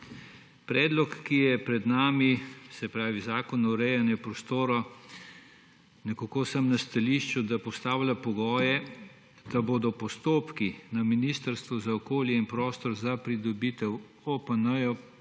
Predlog, ki je pred nami, se pravi, Zakon o urejanju prostora, nekako sem na stališču, da postavlja pogoje, da bodo postopki na Ministrstvu za okolje in prostor za pridobitev OPN,